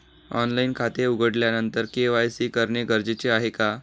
Online खाते उघडल्यानंतर KYC करणे गरजेचे आहे का?